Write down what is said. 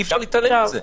אי-אפשר להתעלם מזה.